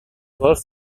golf